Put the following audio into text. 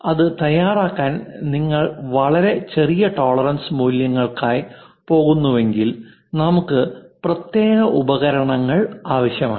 അത് തയ്യാറാക്കാൻ നിങ്ങൾ വളരെ ചെറിയ ടോളറൻസ് മൂല്യങ്ങൾക്കായി പോകുന്നുവെങ്കിൽ നമുക്ക് പ്രത്യേക ഉപകരണങ്ങൾ ആവശ്യമാണ്